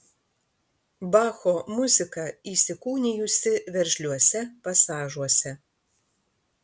bacho muzika įsikūnijusi veržliuose pasažuose